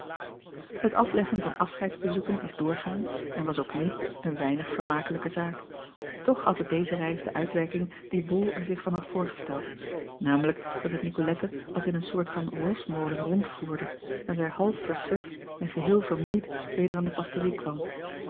et afleggen van afscheidsbezoeken is doorgaans en was ook nu een weinig vermakelijke zaak toch had het deze reis de uitwerking die ol er zich van had voorgesteld namelijk dat het icolette als in een soort van rosmolen rondvoerde en zij half versuft en geheel vermoeid weder aan de pastorie kwam